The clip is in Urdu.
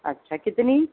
اچھا کتنی